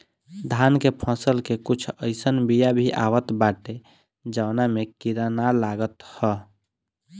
धान के फसल के कुछ अइसन बिया भी आवत बाटे जवना में कीड़ा ना लागत हवे